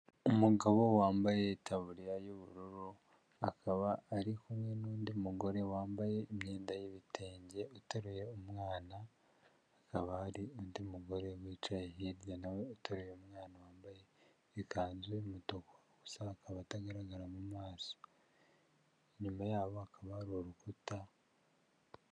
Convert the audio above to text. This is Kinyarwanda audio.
Umugabo wambaye itaburiya y'ubururu akaba ari kumwe n'undi mugore wambaye imyenda y'ibitenge, uteruye umwana akaba hari undi mugore wicaye hirya nawe utarireba umwana wambaye ikanzu y'umutuku, gusa akaba atagaragara mu maso, inyuma yabo hakaba hari ari urukuta.